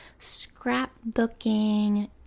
scrapbooking